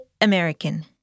American